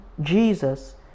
Jesus